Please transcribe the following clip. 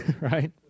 right